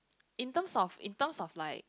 in terms of in terms of like